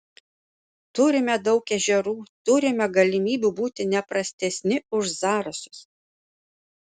turime daug ežerų turime galimybių būti ne prastesni už zarasus